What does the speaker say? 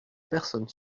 personne